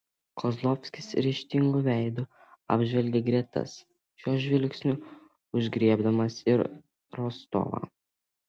kozlovskis ryžtingu veidu apžvelgė gretas šiuo žvilgsniu užgriebdamas ir rostovą